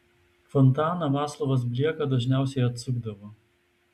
fontaną vaclovas blieka dažniausiai atsukdavo